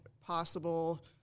possible